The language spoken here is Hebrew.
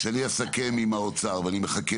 כשאני אסכם עם האוצר, ואני מחכה